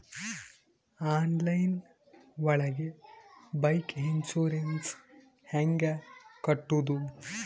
Online ಒಳಗೆ bike insurance ಹ್ಯಾಂಗ್ ಕಟ್ಟುದು?